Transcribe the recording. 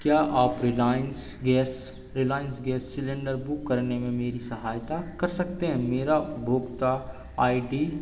क्या आप Reliance gas Reliance gas cylinder book करने में मेरी सहायता कर सकते हैं मेरी उपभोगता आई डी